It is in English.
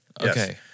Okay